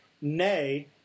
Nay